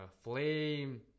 flame